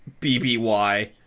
BBY